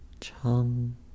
Chum